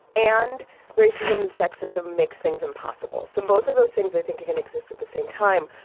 and racism and sexism makes things impossible. so both of those things, i think you can exist at the same time.